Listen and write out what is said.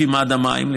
לפי מד המים,